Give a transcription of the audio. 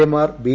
എമാർ ബി